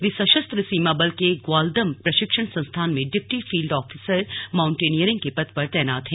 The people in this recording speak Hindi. वे सशस्त्र सीमा बल के ग्वालदम प्रशिक्षण संस्थान में डिप्टी फील्ड आफिसर माउंटेनियरिंग के पद पर तैनात हैं